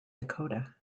dakota